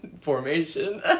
formation